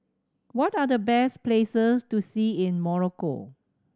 what are the best places to see in Morocco